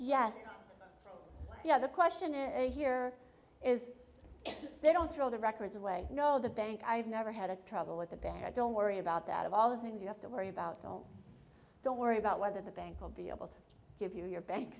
other question is here is they don't throw the records away no the bank i've never had a trouble with the bad don't worry about that of all the things you have to worry about all don't worry about whether the bank will be able to give you your bank